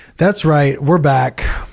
that's right, we're back,